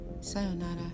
Sayonara